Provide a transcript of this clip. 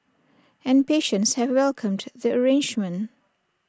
and patients have welcomed the arrangement